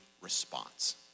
response